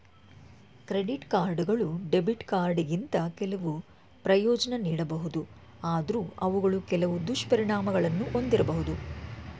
credit ಕಾರ್ಡ್ಗಳು debit ಕಾರ್ಡ್ಗಿಂತ ಕೆಲವು ಪ್ರಯೋಜ್ನ ನೀಡಬಹುದು ಆದ್ರೂ ಅವುಗಳು ಕೆಲವು ದುಷ್ಪರಿಣಾಮಗಳನ್ನು ಒಂದಿರಬಹುದು